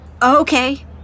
Okay